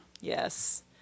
Yes